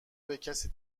بکسی